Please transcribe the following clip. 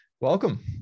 welcome